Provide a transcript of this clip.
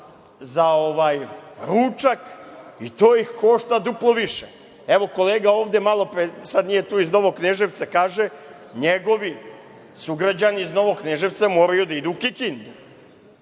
za ručak i to ih košta duplo više. Evo, kolega ovde malopre, sada nije tu, iz Novog Kneževca kaže da njegovi sugrađani iz Novog Kneževca moraju da idu u Kikindu.